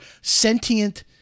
sentient